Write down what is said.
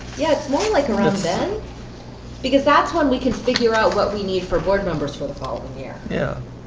yes more like a ribbon because that's when we can figure out what we need for board members for the following year. yeah